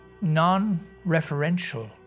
non-referential